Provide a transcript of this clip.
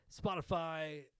Spotify